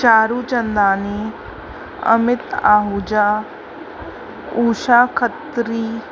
Charu Chandani Amit Ahuja Usha Khatri